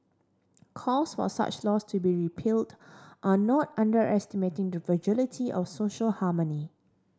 calls for such laws to be repealed are not underestimating the fragility of social harmony